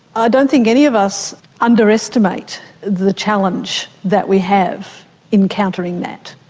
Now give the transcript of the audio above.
i don't think any of us underestimate the challenge that we have in countering that.